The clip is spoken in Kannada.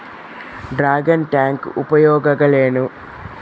ಡ್ರಾಗನ್ ಟ್ಯಾಂಕ್ ಉಪಯೋಗಗಳೇನು?